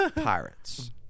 pirates